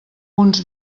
uns